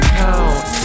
count